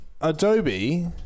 Adobe